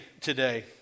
today